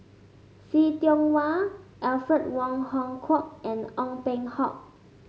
See Tiong Wah Alfred Wong Hong Kwok and Ong Peng Hock